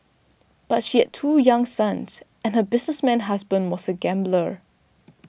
but she had two young sons and her businessman husband was a gambler